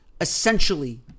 essentially